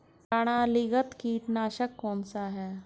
प्रणालीगत कीटनाशक कौन सा है?